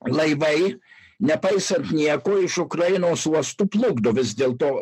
laivai nepaisant nieko iš ukrainos uostų plukdo vis dėl to